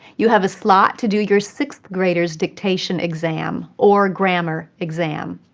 you have a slot to do your sixth grader's dictation exam or grammar exam.